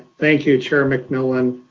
thank you chair mcmillan,